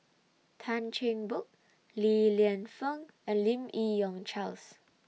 Tan Cheng Bock Li Lienfung and Lim Yi Yong Charles